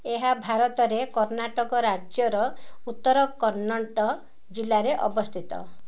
ଏହା ଭାରତରେ କର୍ଣ୍ଣାଟକ ରାଜ୍ୟର ଉତ୍ତର କନ୍ନଡ଼ ଜିଲ୍ଲାରେ ଅବସ୍ଥିତ